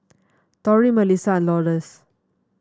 Torey Mellisa Lourdes